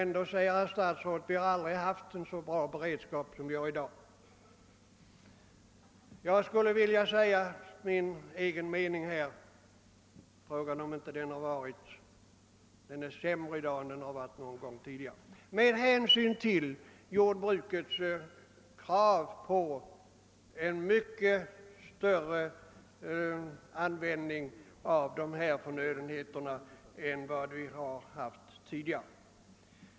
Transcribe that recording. Ändå säger herr statsrådet att vi aldrig haft en så bra beredskap som vi har i dag. Enligt min mening är den sämre än den varit någon gång förut med hänsyn till jordbrukets krav på en mycket större tillgång till dessa förnödenheter än tidigare.